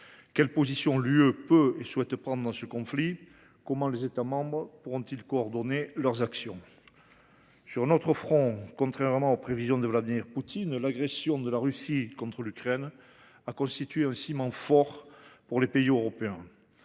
Quelle position l’Union européenne peut-elle et souhaite-t-elle prendre dans ce conflit ? Comment les États membres pourront-ils coordonner leurs actions ? Sur un autre front, contrairement aux prévisions de Vladimir Poutine, l’agression de la Russie contre l’Ukraine s’est révélée un ciment fort pour les pays européens.